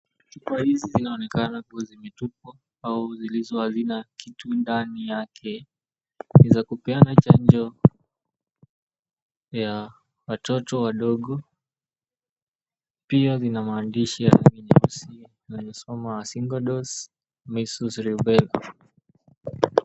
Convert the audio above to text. Chupa hizi zinaonekana kuwa zimetupwa au zilizo hazina kitu ndani yake. Ni za kupeana chanjo ya watoto wadogo. Pia zina maandishi ya rangi nyeusi yanayosoma, Single Dose, Measles, Rubella.